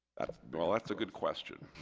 well that's a good question.